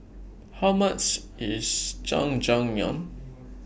How much IS Jajangmyeon